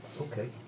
Okay